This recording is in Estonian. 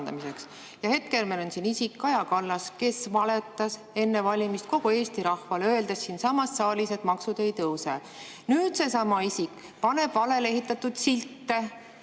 Hetkel meil on siin isik, Kaja Kallas, kes valetas enne valimisi kogu Eesti rahvale, öeldes siinsamas saalis, et maksud ei tõuse. Nüüd seesama isik paneb valele ehitatud silte